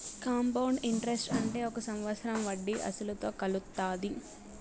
compound interest అంటే ఒక సంవత్సరం వడ్డీ అసలుతో కలుత్తాది